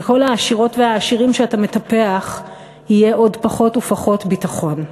לכל העשירות והעשירים שאתה מטפח יהיה עוד פחות ופחות ביטחון.